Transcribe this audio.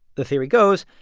the theory goes,